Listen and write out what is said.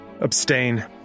Abstain